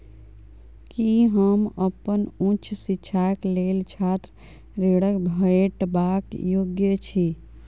की हम अप्पन उच्च शिक्षाक लेल छात्र ऋणक भेटबाक योग्य छी?